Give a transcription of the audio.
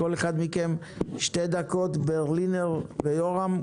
ברלינר ויורם,